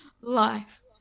life